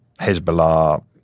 Hezbollah